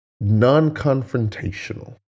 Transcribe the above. Non-confrontational